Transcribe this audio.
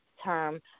term